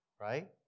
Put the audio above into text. right